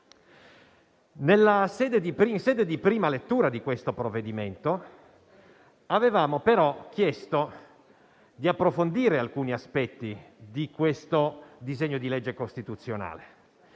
In sede di prima lettura di questo provvedimento avevamo però chiesto di approfondire alcuni aspetti del disegno di legge costituzionale